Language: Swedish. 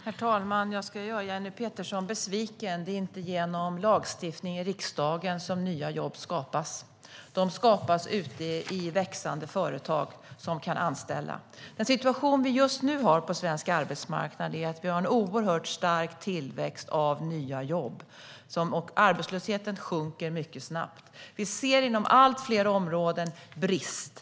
Herr talman! Jag ska göra Jenny Petersson besviken. Det är inte genom lagstiftning i riksdagen som nya skapas. De skapas ute i växande företag som kan anställa. Situationen just nu på svensk arbetsmarknad är att det är en oerhört stark tillväxt av nya jobb. Arbetslösheten sjunker mycket snabbt. Vi ser inom allt fler områden en brist.